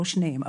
לא שניהם,